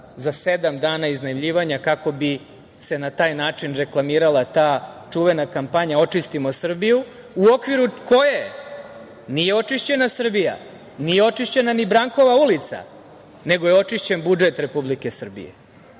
za sedam dana iznajmljivanja, kako bi se na taj način reklamirala ta čuvena kampanja „Očistimo Srbiju“, a u okviru koje nije očišćena Srbija, nije očišćena ni Brankova ulica, nego je očišćen budžet Republike Srbije.